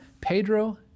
Pedro